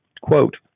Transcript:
quote